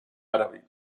árabe